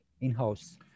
in-house